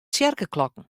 tsjerkeklokken